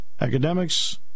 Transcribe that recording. academics